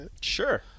Sure